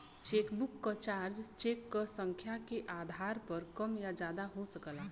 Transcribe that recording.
chequebook क charge cheque क संख्या के आधार पर कम या ज्यादा हो सकला